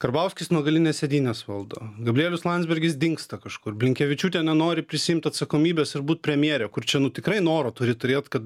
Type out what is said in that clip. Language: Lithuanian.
karbauskis nuo galinės sėdynės valdo gabrielius landsbergis dingsta kažkur blinkevičiūtė nenori prisiimt atsakomybės ir būt premjere kur čia nu tikrai noro turi turėt kad